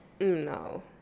No